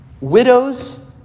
widows